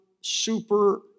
super